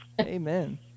Amen